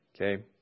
Okay